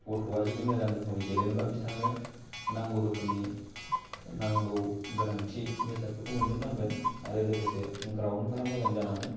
गथ'वा जुदि मोजां रोखोमनि टेलेनबा बिथांनो नांगौ रोखोमनि नांगौ गोनांथि बेसादफोरखौ मोनजोब नांगोन आरो लोगोसे ग्रावनफोरा मोजां जानांगोन